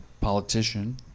Politician